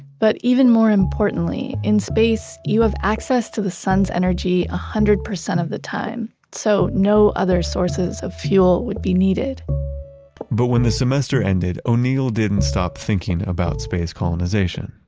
but even more importantly, in space you have access to the sun's energy one ah hundred percent of the time. so no other sources of fuel would be needed but when the semester ended, o'neill didn't stop thinking about space colonization.